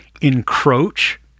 encroach